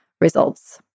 results